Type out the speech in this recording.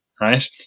right